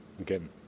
again